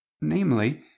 namely